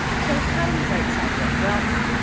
so how do we right size it? well,